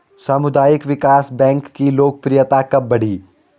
सामुदायिक विकास बैंक की लोकप्रियता कब बढ़ी?